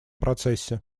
процессе